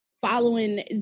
following